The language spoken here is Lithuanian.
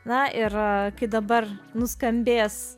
na ir kai dabar nuskambės